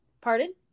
pardon